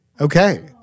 Okay